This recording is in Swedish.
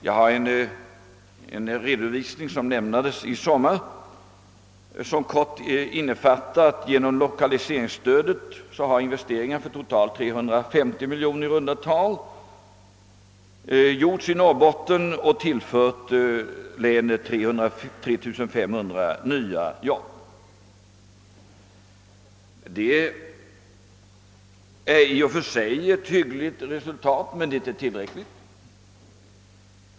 Jag har här en redovisning som lämnades i somras och som — i korta drag — innefattar att genom lokaliseringsstödet har investeringar för i runt tal 350 miljoner kronor genomförts i Norrbotten, varigenom länet fått 3 500 nya jobb. Det är i och för sig ett hyggligt resultat, men det är inte tillräckligt.